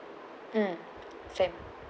mm same